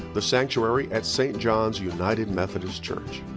the sanctuary at st. john's united methodist church.